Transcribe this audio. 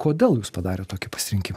kodėl jūs padarėt tokį pasirinkimą